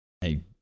Hey